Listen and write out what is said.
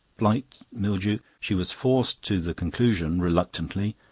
blight, mildew. she was forced to the conclusion, reluctantly,